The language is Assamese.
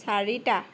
চাৰিটা